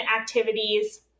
activities